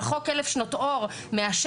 רחוק אלף שנות אור מהשטח,